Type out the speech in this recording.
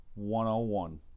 101